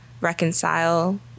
reconcile